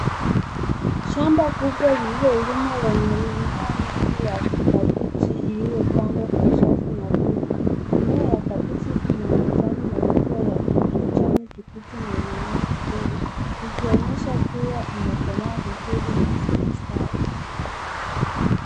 Shamba kubwa lililolimwa lenye mimea mingi ya kabichi iliyopandwa kwa safu nadhifu. Mimea ya kabichi ina majani makubwa ya kijani kibichi na inang'aa kidogo ikionyesha kuwa imekomaa vizuri na inastawi.